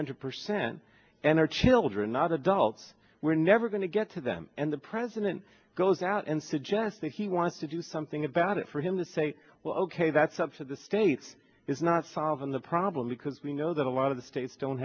hundred percent and our children not adults we're never going to get to them and the president goes out and suggesting he wants to do something about it for him to say well ok that's up to the states is not solving the problem because we know that a lot of the states don't